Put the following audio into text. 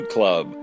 Club